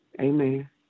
Amen